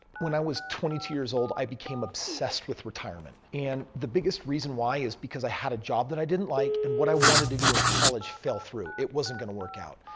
when i was twenty two years old i became obsessed with retirement. and the biggest reason why is because i had a job that i didn't like. and what i wanted to do in college fell through? it wasn't going to work out.